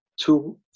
two